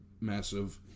massive